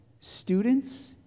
students